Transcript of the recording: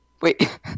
Wait